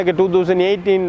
2018